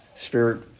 Spirit